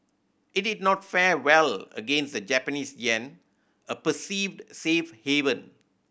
it did not fare well against the Japanese yen a perceived safe haven